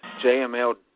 JML